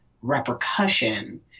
repercussion